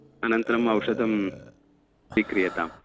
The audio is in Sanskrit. अनन्तरम् औषधं स्वीक्रियताम्